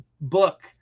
book